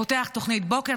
פותח תוכנית בוקר,